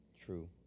True